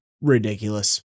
ridiculous